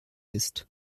ist